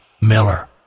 Miller